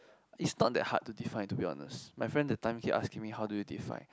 is not that hard to define to be honest my friend that time keep asking me how do you define